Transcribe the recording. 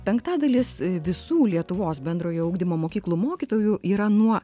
penktadalis visų lietuvos bendrojo ugdymo mokyklų mokytojų yra nuo